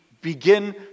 begin